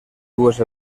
dues